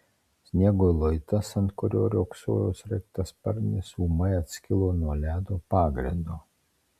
sniego luitas ant kurio riogsojo sraigtasparnis ūmai atskilo nuo ledo pagrindo